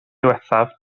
diwethaf